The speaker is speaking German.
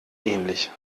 ähnlich